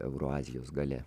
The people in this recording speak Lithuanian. euroazijos gale